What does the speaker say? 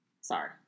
sorry